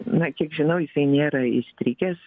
na kiek žinau jisai nėra įstrigęs